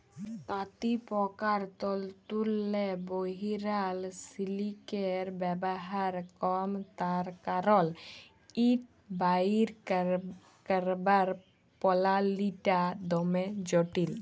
তাঁতিপকার তল্তুরলে বহিরাল সিলিকের ব্যাভার কম তার কারল ইট বাইর ক্যইরবার পলালিটা দমে জটিল